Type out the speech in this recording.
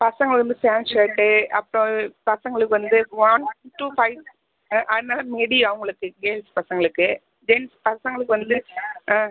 பசங்களுக்கு வந்து pant shirt அப்புறம் பசங்களுக்கு வந்து ஒன் டு ஃபைவ் ஆ அதனால மெடி அவங்களுக்கு கேர்ள்ஸ் பசங்களுக்கு ஜென்ட்ஸ் பசங்களுக்கு வந்து ஆ